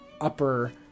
Upper